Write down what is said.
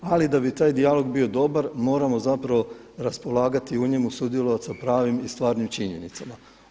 Ali da bi taj dijalog bio dobar moramo zapravo raspolagati i u njemu sudjelovati sa pravim i stvarnim činjenicama.